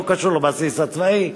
זה לא קשור לבסיס הצבאי,